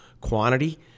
quantity